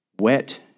wet